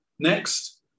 Next